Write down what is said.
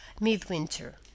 Midwinter